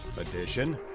Edition